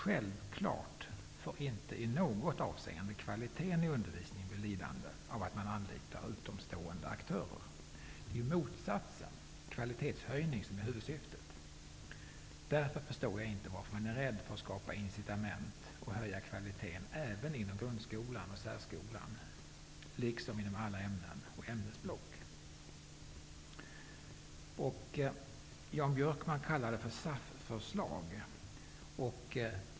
Självfallet får inte i något avseende kvaliteten i undervisningen bli lidande av att anlita utomstående aktörer. Det är ju motsatsen, kvalitetshöjning, som är huvudsyftet. Därför förstår jag inte varför man är rädd för att skapa incitament att höja kvaliteten även inom grundskolan och särskolan, liksom inom alla ämnen och ämnesblock. Jan Björkman kallar detta för SAF-förslag.